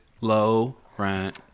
low-rent